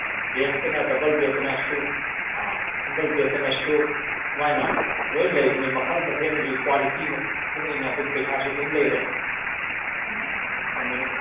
ꯕꯦꯗꯇꯅ double ꯕꯦꯗꯇꯅ ꯑꯁꯨꯛ single ꯕꯦꯗꯇꯅ ꯑꯁꯨꯛ ꯁꯨꯃꯥꯏꯅ ꯂꯣꯏ ꯂꯩꯕꯅꯤ ꯃꯈꯜ ꯃꯊꯦꯜꯒꯤ ꯀ꯭ꯋꯥꯂꯤꯇꯤ ꯃꯇꯨꯡ ꯏꯟꯅ ꯑꯗꯨꯝ ꯄꯩꯁꯥꯁꯨ ꯑꯗꯨꯝ ꯂꯩꯔꯦ ꯎꯝ ꯑꯗꯨꯝ ꯐꯪꯒꯅꯤ